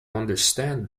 understand